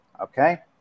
okay